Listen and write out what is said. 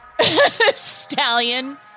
stallion